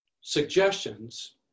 suggestions